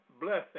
blessing